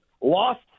lost